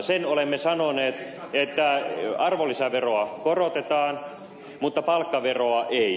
sen olemme sanoneet että arvonlisäveroa korotetaan mutta palkkaveroa ei